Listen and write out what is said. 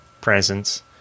presence